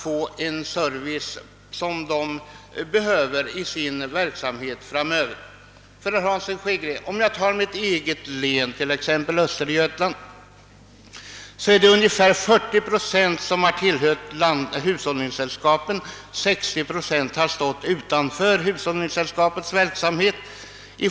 Jag kan ta mitt eget län, Östergötland, som exempel. Där tillhör ungefär 40 procent av jordbrukarna hushållningssällskapet, medan 60 procent står utanför sällskapets verksamhet.